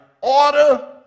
Order